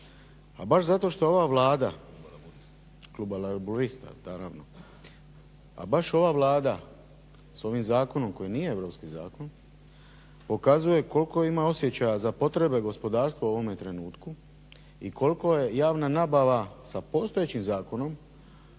pa baš zato što ova Vlada, kluba Laburista naravno, pa baš ova Vlada s ovim zakonom koji nije europski zakon pokazuje koliko ima osjećaja za potrebe gospodarstva u ovome trenutku i koliko je javna nabava sa postojećim zakonom